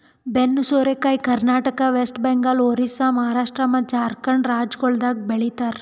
ಬೆನ್ನು ಸೋರೆಕಾಯಿ ಕರ್ನಾಟಕ, ವೆಸ್ಟ್ ಬೆಂಗಾಲ್, ಒರಿಸ್ಸಾ, ಮಹಾರಾಷ್ಟ್ರ ಮತ್ತ್ ಜಾರ್ಖಂಡ್ ರಾಜ್ಯಗೊಳ್ದಾಗ್ ಬೆ ಳಿತಾರ್